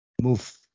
move